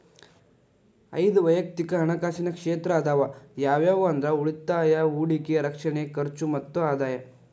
ಐದ್ ವಯಕ್ತಿಕ್ ಹಣಕಾಸಿನ ಕ್ಷೇತ್ರ ಅದಾವ ಯಾವ್ಯಾವ ಅಂದ್ರ ಉಳಿತಾಯ ಹೂಡಿಕೆ ರಕ್ಷಣೆ ಖರ್ಚು ಮತ್ತ ಆದಾಯ